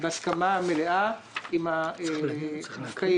בהסכמה מלאה עם המופקעים,